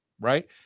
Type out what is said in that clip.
right